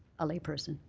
a lay person.